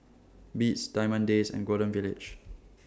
Beats Diamond Days and Golden Village